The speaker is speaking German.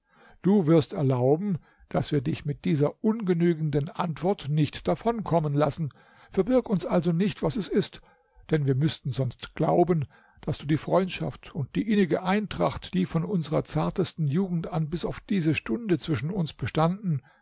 du wirst erlauben daß wir dich mit dieser ungenügenden antwort nicht davon kommen lassen verbirg uns also nicht was es ist denn wir müßten sonst glauben daß du die freundschaft und die innige eintracht die von unserer zartesten jugend an bis auf diese stunde zwischen uns bestanden